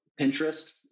Pinterest